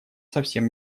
совсем